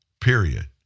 period